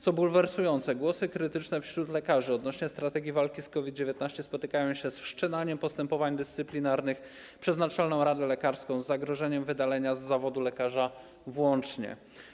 Co bulwersujące, krytyczne głosy lekarzy odnośnie do strategii walki z COVID-19 spotykają się z wszczynaniem postępowań dyscyplinarnych przez Naczelną Radę Lekarską, z zagrożeniem wydalenia z zawodu lekarza włącznie.